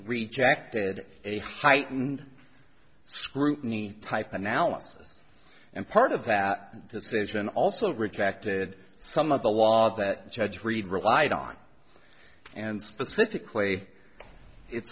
rejected a heightened scrutiny type analysis and part of that decision also rejected some of the law that the judge read relied on and specifically it